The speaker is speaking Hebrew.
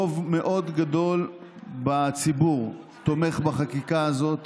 רוב מאוד גדול בציבור תומך בחקיקה הזאת